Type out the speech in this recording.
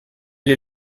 les